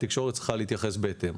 והתקשורת צריכה להתייחס בהתאם.